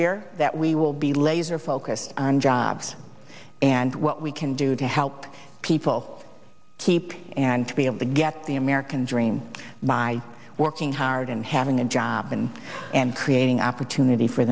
year that we will be laser focused on jobs and what we can do to help people keep and to be able to get the american dream by working hard and having a job and and creating opportunity for